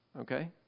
Okay